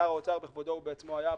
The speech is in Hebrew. שר האוצר בכבודו ובעצמו היה פה,